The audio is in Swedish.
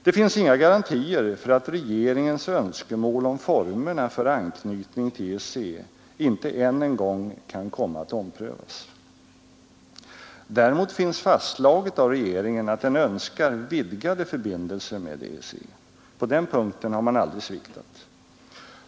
Det finns inga garantier för att regeringens önskemål om formerna för anknytning till EEC inte än en gång kan komma att omprövas. Däremot finns fastslaget av regeringen att den önskar vidgade förbindelser med EEC. På den punkten har man aldrig sviktat.